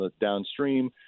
downstream